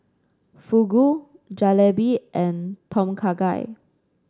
Fugu Jalebi and Tom Kha Gai